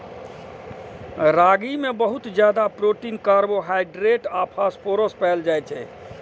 रागी मे बहुत ज्यादा प्रोटीन, कार्बोहाइड्रेट आ फास्फोरस पाएल जाइ छै